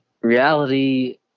reality